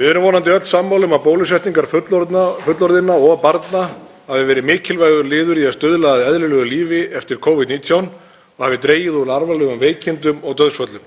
Við erum vonandi öll sammála um að bólusetningar fullorðinna og barna hafi verið mikilvægur liður í að stuðla að eðlilegu lífi eftir Covid-19 og hafi dregið úr alvarlegum veikindum og dauðsföllum.